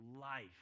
life